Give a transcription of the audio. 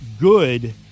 good